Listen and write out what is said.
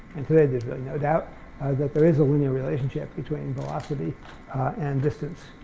and today there's no doubt that there is a linear relationship between velocity and distance.